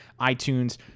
itunes